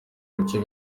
muco